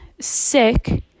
sick